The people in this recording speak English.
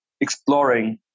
exploring